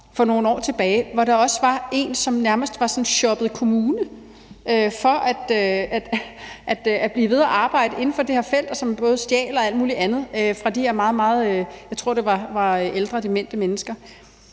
fra Hillerød, hvor jeg selv kommer fra, som nærmest sådan havde shoppet kommune for at blive ved med at arbejde inden for det her felt, og som både stjal og alt muligt andet fra de her ældre demente mennesker,